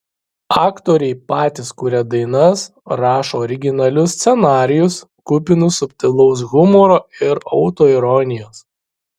aktoriai patys kuria dainas rašo originalius scenarijus kupinus subtilaus humoro ir autoironijos